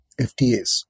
FTAs